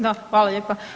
Da, hvala lijepa.